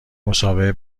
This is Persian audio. مصاحبه